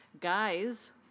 guys